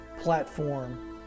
platform